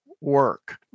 work